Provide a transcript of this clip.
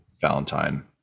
Valentine